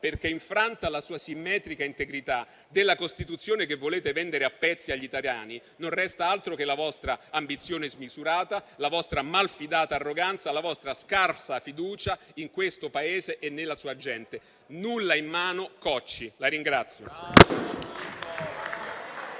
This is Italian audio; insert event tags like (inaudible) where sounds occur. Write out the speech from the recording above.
perché, infranta la sua simmetrica integrità, della Costituzione che volete vendere a pezzi agli italiani non restano altro che la vostra ambizione smisurata, la vostra malfidata arroganza e la vostra scarsa fiducia in questo Paese e nella sua gente. Nulla in mano, cocci. (applause)